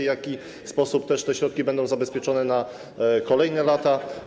W jaki sposób też te środki będą zabezpieczone na kolejne lata?